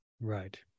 Right